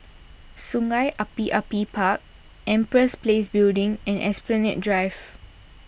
Sungei Api Api Park Empress Place Building and Esplanade Drive